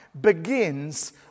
begins